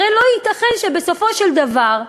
הרי לא ייתכן שבסופו של דבר,